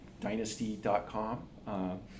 Dynasty.com